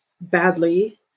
badly